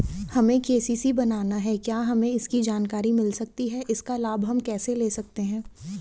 हमें के.सी.सी बनाना है क्या हमें इसकी जानकारी मिल सकती है इसका लाभ हम कैसे ले सकते हैं?